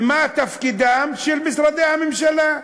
ומה תפקידם של משרדי הממשלה,